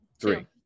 Three